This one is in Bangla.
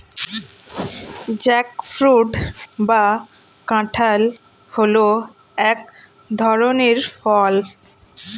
জ্যাকফ্রুট বা কাঁঠাল হল এক ধরনের ফল